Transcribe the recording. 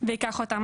וייקח אותם.